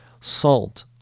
salt